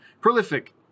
Prolific